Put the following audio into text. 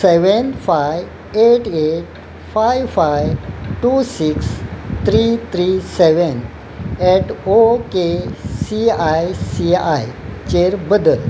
seven five eight eight five five two six three three seven eight okay I C I C आयचेर बदल